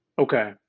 Okay